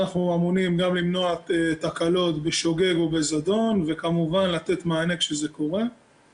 אנחנו אמונים גם למנוע תקלות בשוגג או בזדון וכמובן לתת מענה כזה קורה.